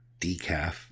decaf